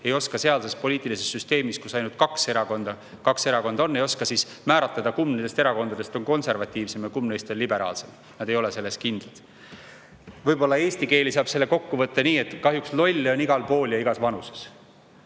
ei oska sealses poliitilises süsteemis, kus on ainult kaks erakonda, määratleda, kumb nendest erakondadest on konservatiivsem ja kumb on liberaalsem. Nad ei ole selles kindlad. Võib-olla eesti keeli saab selle kokku võtta nii, et kahjuks on lolle igal pool ja igas vanuses.